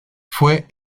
fue